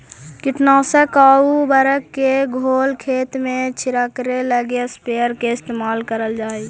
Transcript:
कीटनाशक आउ उर्वरक के घोल खेत में छिड़ऽके लगी स्प्रेयर के इस्तेमाल करल जा हई